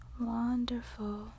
wonderful